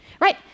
right